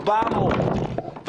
400 אחיות.